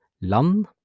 land